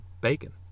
bacon